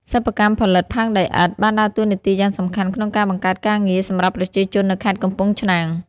សិប្បកម្មផលិតផើងដីឥដ្ឋ បានដើរតួនាទីយ៉ាងសំខាន់ក្នុងការបង្កើតការងារ សម្រាប់ប្រជាជននៅខេត្តកំពង់ឆ្នាំង។